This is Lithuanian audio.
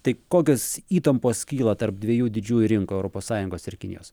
tai kokios įtampos kyla tarp dviejų didžiųjų rinkų europos sąjungos ir kinijos